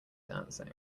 dancing